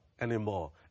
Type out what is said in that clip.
anymore